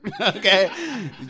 okay